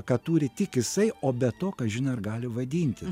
ką turi tik jisai o be to kažin ar gali vadintis